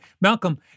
Malcolm